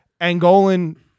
Angolan